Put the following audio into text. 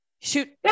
shoot